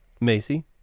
Macy